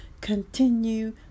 continue